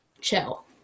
chill